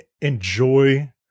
enjoy